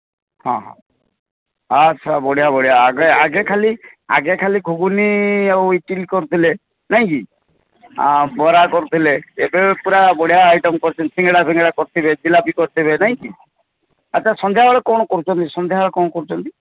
ହଁ ହଁ ଆଚ୍ଛା ବଢ଼ିଆ ବଢ଼ିଆ ଆଗ ଆଗେ ଖାଲି ଆଗେ ଖାଲି ଗୁଗୁନି ଆଉ ଇଟିଲି କରୁଥିଲେ ନାଇଁ କି ଆଁ ବରା କରୁଥିଲେ ଏବେ ପୁରା ବଢ଼ିଆ ଆଇଟମ କରୁଚନ୍ତି ସିଙ୍ଗଡ଼ା ଫିଙ୍ଗଡ଼ା କରୁଥିବେ ଜିଲାପି କରୁଥିବେ ନେଇକି ଆଚ୍ଛା ସନ୍ଧ୍ୟା ବେଳେ କ'ଣ କରୁଚନ୍ତି ସନ୍ଧ୍ୟା ବେଳେ କ'ଣ କରୁଚନ୍ତି